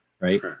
right